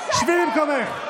שבי במקומך.